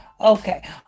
Okay